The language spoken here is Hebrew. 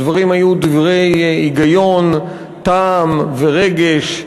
הדברים היו דברי היגיון, טעם ורגש,